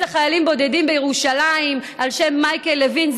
לחיילים בודדים בירושלים על שם מייקל לוין,